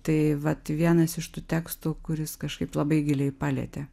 tai vat vienas iš tų tekstų kuris kažkaip labai giliai palietė